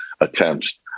attempts